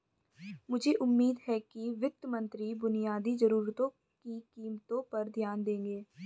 मुझे उम्मीद है कि वित्त मंत्री बुनियादी जरूरतों की कीमतों पर ध्यान देंगे